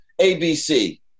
ABC